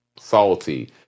salty